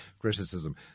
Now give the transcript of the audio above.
criticism